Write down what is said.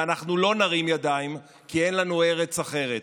ואנחנו לא נרים ידיים כי אין לנו ארץ אחרת.